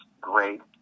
great